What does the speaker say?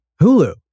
Hulu